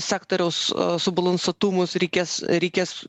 sektoriaus subalansuotumus reikės reikės